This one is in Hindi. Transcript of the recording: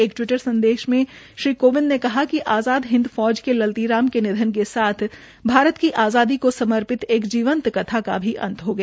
एक टवीटर संदेश में श्री कोविंद ने कहा कि आज़ाद हिंद फौज के ललती राम के निधन के साथ भारत की आज़ादी को समर्पित एक जीवन कथा का भी अंत हो गया